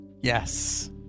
Yes